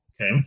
Okay